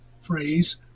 phrase